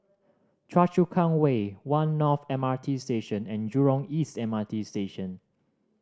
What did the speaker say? Choa Chu Kang Way One North M R T Station and Jurong East M R T Station